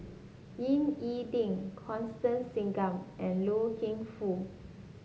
Ying E Ding Constance Singam and Loy Keng Foo